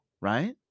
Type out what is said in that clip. right